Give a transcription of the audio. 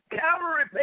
Calvary